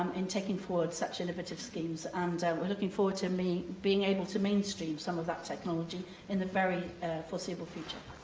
um in taking forward such innovative schemes. and we're looking forward to being able to mainstream some of that technology in the very foreseeable future.